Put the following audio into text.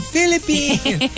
Philippines